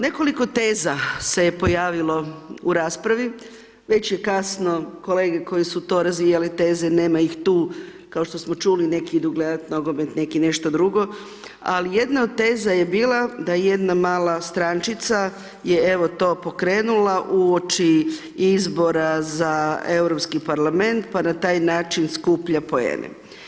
Nekoliko teza se je pojavilo u raspravi, već je kasno, kolege koji su to razvijali, teze, nema ih tu, ako što smo čuli, neki idu gledati nogomet, neki nešto drugo, ali jedna od teza je bila, da jedna mala strančica je evo to pokrenula uoči izbora za Europski Parlament, pa na taj način skuplja poene.